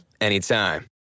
anytime